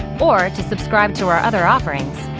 or to subscribe to our other offerings,